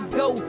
go